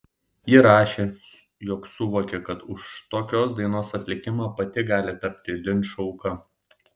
ji rašė jog suvokė kad už tokios dainos atlikimą pati gali tapti linčo auka